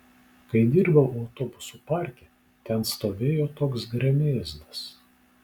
kai dirbau autobusų parke ten stovėjo toks gremėzdas